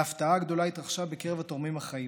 ההפתעה הגדולה התרחשה בקרב התורמים החיים.